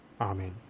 Amen